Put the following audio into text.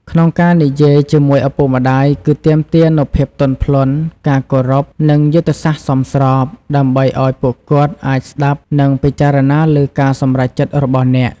ក្នុងការនិយាយជាមួយឪពុកម្ដាយគឺទាមទារនូវភាពទន់ភ្លន់ ការគោរព និងយុទ្ធសាស្ត្រសមស្រប ដើម្បីឱ្យពួកគាត់អាចស្ដាប់និងពិចារណាលើការសម្រេចចិត្តរបស់អ្នក។